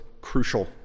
crucial